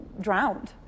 drowned